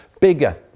bigger